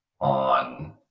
on